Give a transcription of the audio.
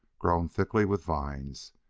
grown thickly with vines,